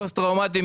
פוסט טראומטי,